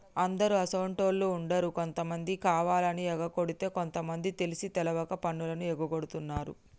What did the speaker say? అందరు అసోంటోళ్ళు ఉండరు కొంతమంది కావాలని ఎగకొడితే కొంత మంది తెలిసి తెలవక పన్నులు ఎగగొడుతున్నారు